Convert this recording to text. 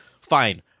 fine